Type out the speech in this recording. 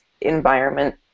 environment